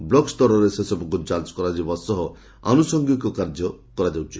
ବ୍ଲକସ୍ଠରରେ ସେସବୁକୁ ଯାଞ କରାଯିବା ସହ ଆନୁଷଙ୍ଗିକ କାର୍ଯ୍ୟ କରାଯାଉଛି